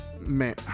Man